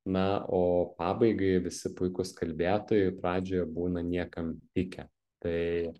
na o pabaigai visi puikūs kalbėtojai pradžioje būna niekam tikę tai